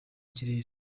kirere